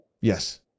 yes